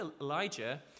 Elijah